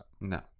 No